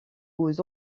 aux